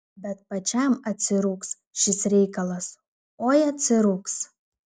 bet pačiam atsirūgs šis reikalas oi atsirūgs